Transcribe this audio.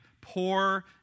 poor